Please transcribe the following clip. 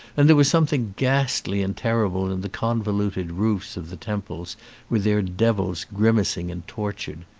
and there was something ghastly and terrible in the convoluted roofs of the temples with their devils grimacing and tortured.